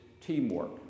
teamwork